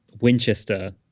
Winchester